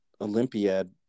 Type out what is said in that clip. Olympiad